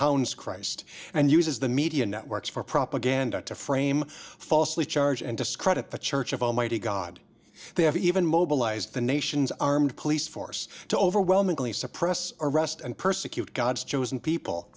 hounds christ and uses the media networks for propaganda to frame falsely charge and discredit the church of almighty god they have even mobilized the nation's armed police force to overwhelmingly suppress arrest and persecute god's chosen people